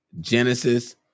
Genesis